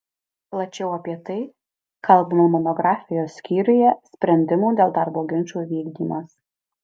plačiau apie tai kalbama monografijos skyriuje sprendimų dėl darbo ginčų vykdymas